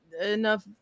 enough